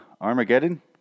Armageddon